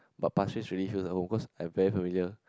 but Pasir-Ris really feels like home cause I very familiar